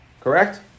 Correct